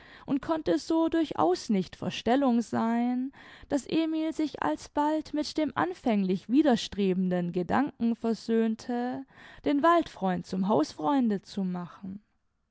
und konnte so durchaus nicht verstellung sein daß emil sich alsbald mit dem anfänglich widerstrebenden gedanken versöhnte den waldfreund zum hausfreunde zu machen